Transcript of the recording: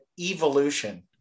evolution